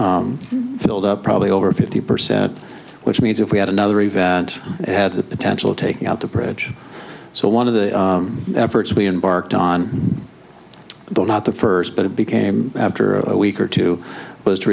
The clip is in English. filled up probably over fifty percent which means if we had another event had the potential taking out the privilege so one of the efforts we embarked on not the first but it became after a week or two was to